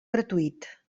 gratuït